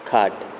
खाट